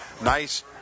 Nice